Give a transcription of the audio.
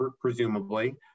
presumably